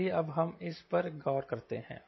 चलिए अब हम इस पर गौर करते हैं